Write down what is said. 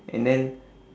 and then